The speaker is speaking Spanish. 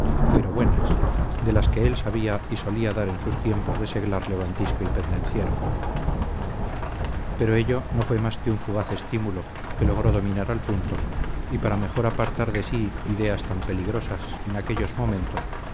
pero buenas de las que él sabía y solía dar en sus tiempos de seglar levantisco y pendenciero pero ello no fue más que un fugaz estímulo que logró dominar al punto y para mejor apartar de sí ideas tan peligrosas en aquellos momentos